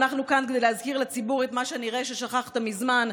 אנחנו כאן כדי להזכיר לציבור את מה שנראה ששכחת מזמן.